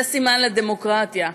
זה סימן לדמוקרטיה.